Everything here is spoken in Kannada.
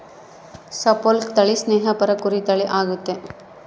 ಸಪೋಲ್ಕ್ ತಳಿ ಸ್ನೇಹಪರ ಕುರಿ ತಳಿ ಆಗೆತೆ